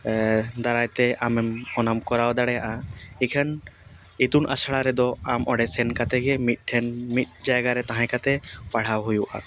ᱫᱟᱨᱟᱭᱛᱮ ᱟᱢᱮᱢ ᱚᱱᱟᱢ ᱠᱚᱨᱟᱣ ᱫᱟᱲᱮᱭᱟᱜᱼᱟ ᱤᱠᱷᱟᱹᱱ ᱤᱛᱩᱱ ᱟᱥᱲᱟ ᱨᱮᱫᱚ ᱟᱢ ᱚᱸᱰᱮ ᱥᱮᱱ ᱠᱟᱛᱮᱜᱮ ᱢᱤᱫᱴᱷᱮᱱ ᱢᱤᱫ ᱡᱟᱭᱜᱟ ᱨᱮ ᱛᱟᱦᱮᱸ ᱠᱟᱛᱮ ᱯᱟᱲᱦᱟᱣ ᱦᱩᱭᱩᱜᱼᱟ